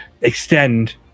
extend